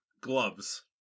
Gloves